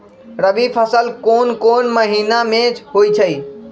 रबी फसल कोंन कोंन महिना में होइ छइ?